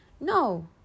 no